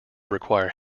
require